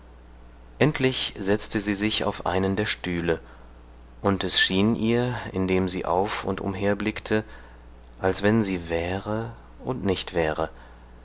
endlich setzte sie sich auf einen der stühle und es schien ihr indem sie auf und umherblickte als wenn sie wäre und nicht wäre